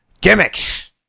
Gimmicks